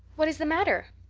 what is the matter?